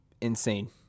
insane